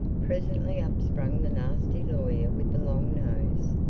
presently up sprang the nasty lawyer with the long nose.